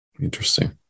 Interesting